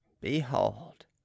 behold